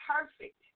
perfect